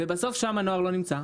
ובסוף, שם הנוער לא נמצא.